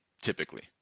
typically